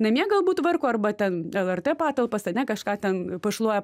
namie galbūt tvarko arba ten lrt patalpas ane kažką ten pašluoja